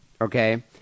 okay